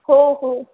हो हो